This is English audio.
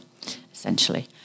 essentially